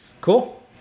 Cool